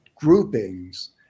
groupings